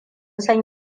san